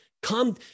come